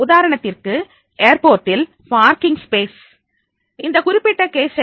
உதாரணத்திற்கு ஏர்போர்ட்டில் parking space அந்த குறிப்பிட்ட கேஸ் ஸ்டடி